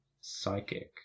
psychic